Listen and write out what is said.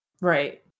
right